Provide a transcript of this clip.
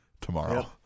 tomorrow